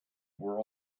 were